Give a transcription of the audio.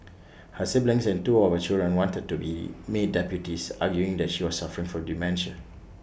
her siblings and two of her children wanted to be made deputies arguing that she was suffering from dementia